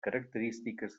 característiques